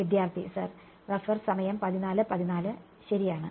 വിദ്യാർത്ഥി സർ ശരിയാണ്